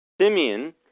Simeon